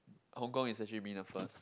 Hong Kong is actually been the first